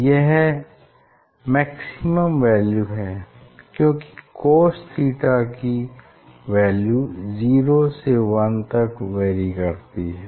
यह maximum value है क्योंकि cos थीटा की वैल्यू 0 से 1 तक वैरी करती है